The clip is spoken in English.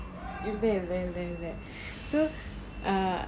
இப்பிடி வா வா வா:ipidi vaa vaa vaa so err